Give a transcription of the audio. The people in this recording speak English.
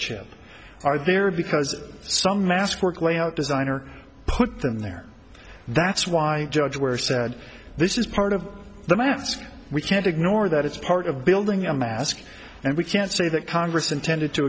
chip are there because some mask work layout designer put them there that's why judge where said this is part of the mask we can't ignore that it's part of building a mask and we can say that congress intended to